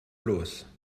los